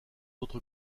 autres